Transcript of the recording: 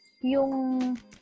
yung